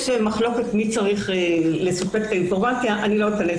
יש מחלוקת מי צריך לספק את האינפורמציה לא אכנס